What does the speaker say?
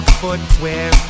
footwear